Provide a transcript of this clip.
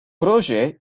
proje